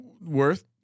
Worth